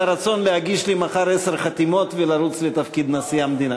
הרצון שלו להגיש לי מחר עשר חתימות ולרוץ לתפקיד נשיא המדינה.